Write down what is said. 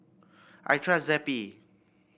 I trust Zappy